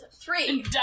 three